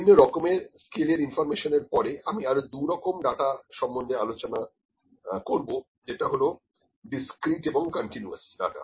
বিভিন্ন রকমের স্কেলের ইনফরমেশনের পরে আমি আরো দু রকম ডাটা সম্বন্ধে আলোচনা করব যেটা হলো ডিসক্রিট এবং কন্টিনিউয়াস ডাটা